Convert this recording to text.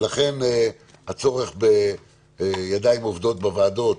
ולכן הצורך בידיים עובדות בוועדות